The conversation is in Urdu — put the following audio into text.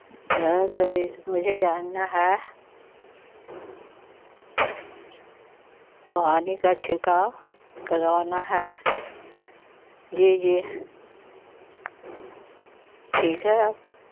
صحیح مجھے جاننا ہے پانی کا چھڑکا کروانا ہے جی جی ٹھیک ہے آپ